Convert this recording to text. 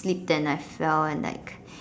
slipped and I fell and like